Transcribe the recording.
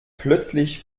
plötzlich